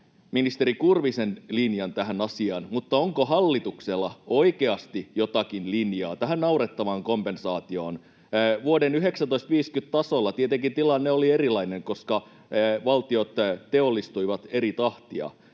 ministeri Kurvisen linjan tähän asiaan, mutta onko hallituksella oikeasti jotakin linjaa tähän naurettavaan kompensaatioon? Vuoden 1950 tasolla tietenkin tilanne oli erilainen, koska valtiot teollistuivat eri tahtia,